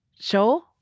show